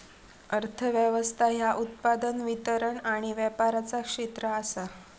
अर्थ व्यवस्था ह्या उत्पादन, वितरण आणि व्यापाराचा क्षेत्र आसा